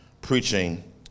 preaching